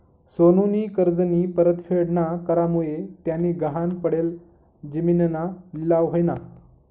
सोनूनी कर्जनी परतफेड ना करामुये त्यानी गहाण पडेल जिमीनना लिलाव व्हयना